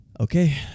Okay